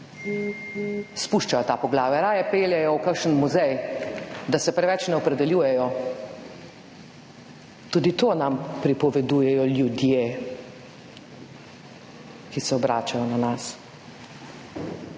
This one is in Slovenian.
izpuščajo ta poglavja, raje peljejo v kakšen muzej, da se preveč ne opredeljujejo. Tudi to nam pripovedujejo ljudje, ki se obračajo na nas.